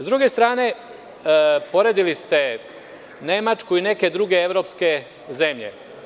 Sa druge strane, poredili ste Nemačku i neke druge evropske zemlje.